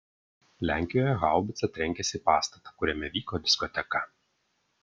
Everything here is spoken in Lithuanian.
lenkijoje haubica trenkėsi į pastatą kuriame vyko diskoteka